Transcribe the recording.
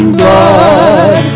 blood